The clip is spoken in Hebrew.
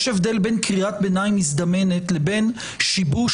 יש הבדל בין קריאת ביניים מזדמנת לבין שיבוש.